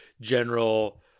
general